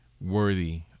worthy